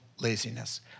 laziness